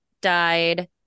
died